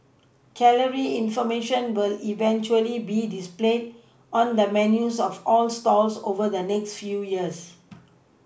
calorie information will eventually be displayed on the menus of all the stalls over the next few years